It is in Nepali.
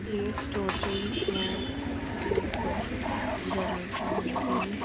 प्लेस्टोर चाहिँ म युज गर्छु एपहरू डाउनलोड गर्नु लागि